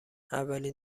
اولین